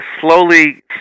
slowly